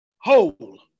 whole